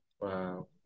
Wow